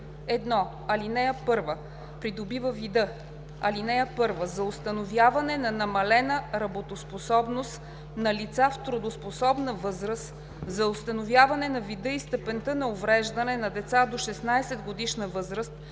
1. ал. 1 придобива вида: „(1) За установяване на намалена работоспособност на лица в трудоспособна възраст, за установяване на вида и степента на увреждане на деца до 16-годишна възраст,